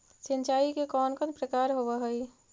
सिंचाई के कौन कौन प्रकार होव हइ?